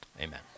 Amen